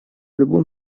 любом